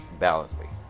balancedly